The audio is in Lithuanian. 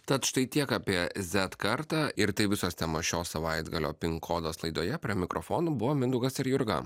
tad štai tiek apie zet kartą ir tai visos temos šio savaitgalio pinkodas laidoje prie mikrofonų buvo mindaugas ir jurga